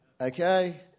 Okay